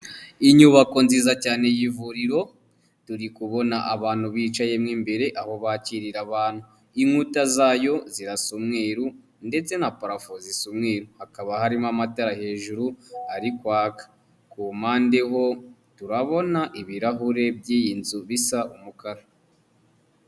Inyubako nziza cyane y'ivuriro. Turi kubona abantu bicayemo imbere aho bakirira abantu. Inkuta zayo zirasa umweru ndetse na parafo zisa umweru. Hakaba harimo amatara hejuru ari kwaka, ku mpande ho turabona ibirahure by'iyi nzu bisa umukara.